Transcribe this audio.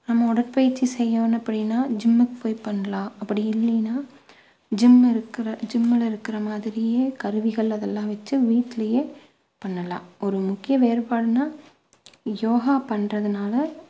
நம்ம உடற்பயிற்சி செய்யணும் அப்படின்னா ஜிம்முக்கு போய் பண்ணலாம் அப்படி இல்லைன்னா ஜிம் இருக்கிற ஜிம்மில் இருக்கிற மாதிரியே கருவிகள் அதெல்லாம் வச்சி வீட்டிலையே பண்ணலாம் ஒரு முக்கிய வேறுபாடுனா யோகா பண்ணுறதுனால